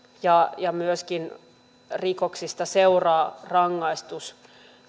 ja ja myöskin rikoksesta seuraa rangaistus